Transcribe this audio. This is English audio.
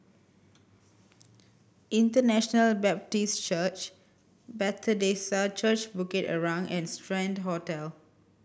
International Baptist Church Bethesda Church Bukit Arang and Strand Hotel